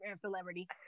celebrity